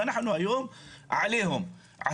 והיום עושים עליהם עליהום,